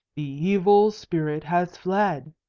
the evil spirit has fled.